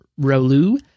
Rolu